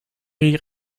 hier